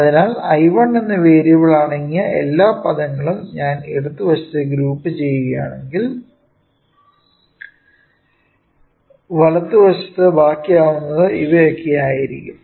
അതിനാൽ I1 എന്ന variable അടങ്ങിയ എല്ലാ പദങ്ങളും ഞാൻ ഇടത് വശത്തേക്ക് ഗ്രൂപ്പു ചെയ്യുകയാണെങ്കിൽ വലത് വശത്ത് ബാക്കിയാവുന്നത് ഇവയൊക്കെ ആയിരിക്കും